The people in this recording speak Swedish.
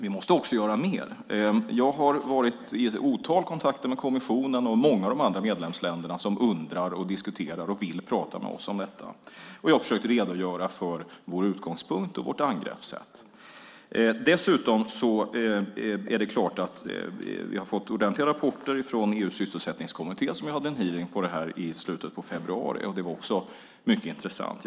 Vi måste göra mer. Jag har varit i ett otal kontakter med kommissionen och många av de andra medlemsländerna som undrar, diskuterar och vill prata med oss om detta. Jag har försökt redogöra för vår utgångspunkt och vårt angreppssätt. Dessutom är det klart att vi har fått ordentliga rapporter från EU:s sysselsättningskommitté, som hade en hearing om detta i slutet av februari. Det var också mycket intressant.